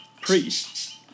priest